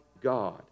God